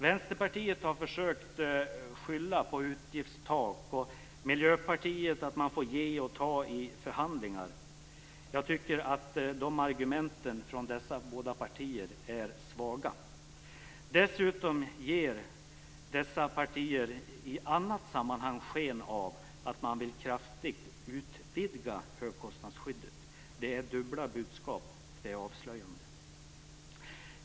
Vänsterpartiet har försökt skylla på utgiftstak och Miljöpartiet på att man får ge och ta i förhandlingar. Jag tycker att de argumenten från dessa båda partier är svaga. Dessutom ger dessa partier i annat sammanhang sken av att man vill kraftigt utvidga högkostnadsskyddet. Det är dubbla budskap, och det är avslöjande.